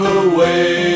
away